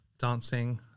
dancing